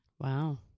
Wow